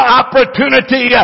opportunity